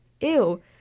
Ew